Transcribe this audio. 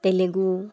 Telugu